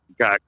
Got